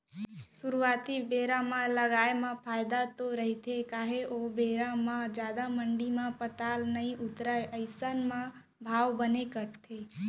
सुरुवाती बेरा म लगाए म फायदा तो रहिथे काहे ओ बेरा म जादा मंडी म पताल नइ उतरय अइसन म भाव बने कटथे